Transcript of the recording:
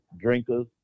drinkers